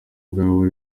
ubwawe